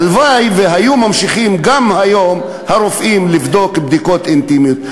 הלוואי שהרופאים היו ממשיכים גם היום לבדוק בדיקות אינטימיות.